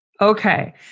Okay